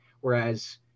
Whereas